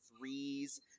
threes